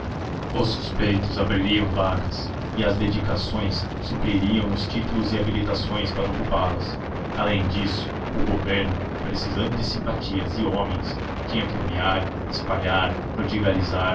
os suspeitos abririam vagas e as dedicações supririam os títulos e habilitações para ocupálas além disso o governo precisando de simpatias e homens tinha que nomear espalhar prodigalizar